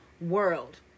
world